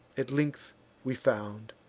at length we found